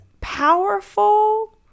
powerful